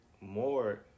more